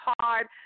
hard